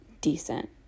decent